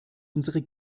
unsere